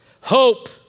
Hope